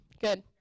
Good